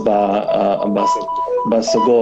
בסגול